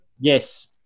Yes